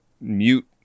mute